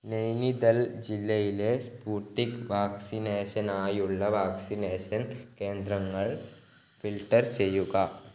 നൈനിതാൽ ജില്ലയിലെ സ്പുട്നിക് വാക്സിനേഷനായുള്ള വാക്സിനേഷൻ കേന്ദ്രങ്ങൾ ഫിൽട്ടർ ചെയ്യുക